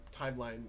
timeline